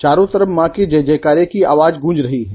चारो तरफ माँ के जय जयकारे की आवाज गूँज रही है